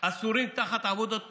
אסורים תחת עבודות פרך.